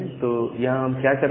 तो यहां हम क्या कर रहे हैं